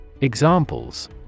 Examples